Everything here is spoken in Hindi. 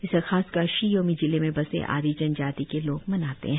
इसे खासकर शी योमी जिले में बसे आदी जनजाती के लोग मनाते है